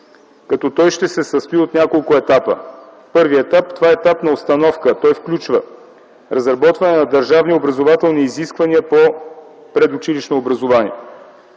като той ще се състои от няколко етапа. Първо, етап на установка, който включва: - разработване на държавни образователни изисквания по предучилищно образование;